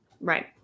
Right